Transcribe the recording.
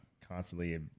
constantly